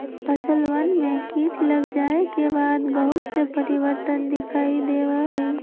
फसलवन में कीट लग जाये के बाद बहुत से परिवर्तन दिखाई देवा हई